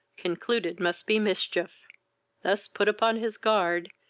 concluded must be mischief thus put upon his guard,